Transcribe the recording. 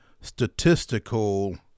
statistical